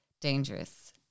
dangerous